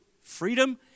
freedom